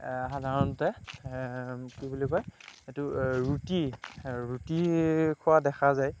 সাধাৰণতে কি বুলি কয় এইটো ৰুটি ৰুটি খোৱা দেখা যায়